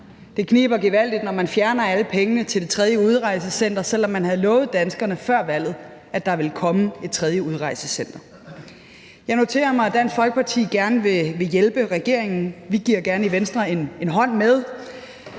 Det kniber gevaldigt, når man fjerner alle pengene til det tredje udrejsecenter, selv om man havde lovet danskerne før valget, at der ville komme et tredje udrejsecenter. Jeg noterer mig, at Dansk Folkeparti gerne vil hjælpe regeringen. Vi giver gerne i Venstre en hånd med.